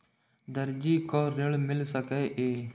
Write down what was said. दर्जी कै ऋण मिल सके ये?